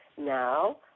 Now